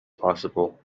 possible